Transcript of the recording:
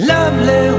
Lovely